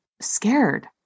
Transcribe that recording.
scared